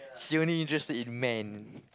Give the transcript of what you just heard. she only interested in man